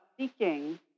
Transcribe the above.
seeking